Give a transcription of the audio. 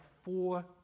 four